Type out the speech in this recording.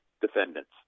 defendants